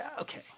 Okay